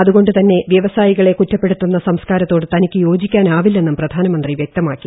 അതുകൊണ്ടുതന്നെ വ്യവസായികളെ കുറ്റപ്പെടുത്തുന്ന സംസ്കാരത്തോട് തനിക്ക് യോജിക്കാനാവില്ലെന്നും പ്രധാനമന്ത്രി വ്യക്തമാക്കി